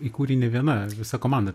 įkūrei ne viena visa komanda